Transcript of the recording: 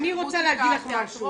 אני רוצה להגיד לך משהו.